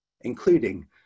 including